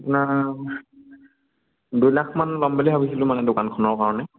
আপোনাৰ দুই লাখমান ল'ম বুলি ভাবিছিলোঁ মানে দোকানখনৰ কাৰণে